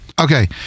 okay